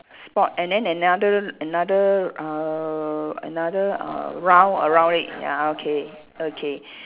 spot and then another another err another uh round around it ya okay okay